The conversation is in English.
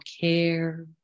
care